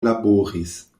laboris